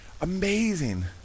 Amazing